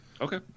Okay